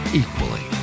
equally